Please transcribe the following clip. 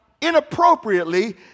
inappropriately